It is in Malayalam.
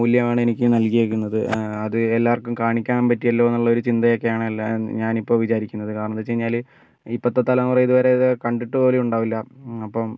മൂല്യമാണ് എനിക്ക് നൽകിയിരിക്കുന്നത് അത് എല്ലാവർക്കും കാണിക്കാൻ പറ്റിയല്ലോ എന്നുള്ളൊരു ചിന്തയൊക്കെയാണ് എല്ലാം ഞാൻ ഇപ്പോൾ വിചാരിക്കുന്നത് കാരണം എന്ന് വെച്ച് കഴിഞ്ഞാൽ ഇപ്പോഴത്തെ തലമുറ ഇതുവരെ ഇത് കണ്ടിട്ട് പോലും ഉണ്ടാവില്ല അപ്പം